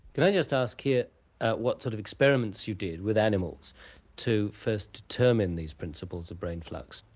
can i just ask here what sort of experiments you did with animals to first determine these principals of brain flux?